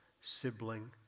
sibling